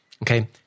okay